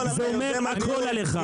זה אומר הכול עליך.